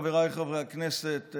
חבריי חברי הכנסת,